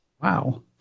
Wow